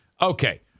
Okay